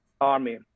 Army